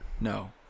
no